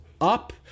up